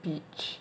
beach